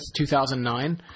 2009